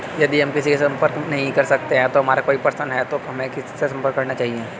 यदि हम किसी से संपर्क नहीं कर सकते हैं और हमारा कोई प्रश्न है तो हमें किससे संपर्क करना चाहिए?